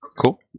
Cool